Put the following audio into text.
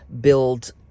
build